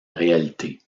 réalité